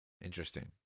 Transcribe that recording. Interesting